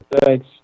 Thanks